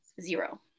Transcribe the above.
zero